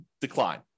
decline